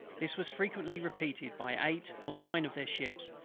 this was frequently repeated by eight or nine of their ships,